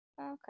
Okay